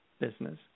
business